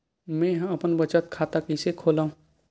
मेंहा अपन बचत खाता कइसे खोलव?